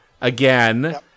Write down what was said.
again